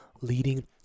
leading